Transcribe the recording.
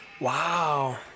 wow